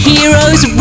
Heroes